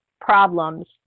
problems